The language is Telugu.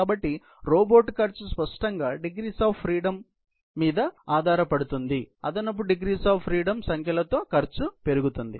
కాబట్టి రోబోట్ ఖర్చు స్పష్టంగా డిగ్రీస్ ఆఫ్ ఫ్రీడమ్ సంఖ్య మీద ఆధారపడుతుంది అదనపు డిగ్రీస్ ఆఫ్ ఫ్రీడమ్ సంఖ్యలతో ఖర్చుపెరుగుతుంది